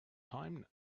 time